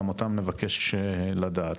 גם אותם נבקש לדעת.